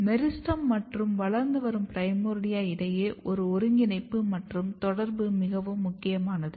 meristem மற்றும் வளர்ந்து வரும் பிரைமோர்டியா இடையே ஒரு ஒருங்கிணைப்பு மற்றும் தொடர்பு மிகவும் முக்கியமானது